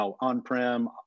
on-prem